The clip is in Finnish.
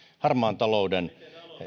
harmaan talouden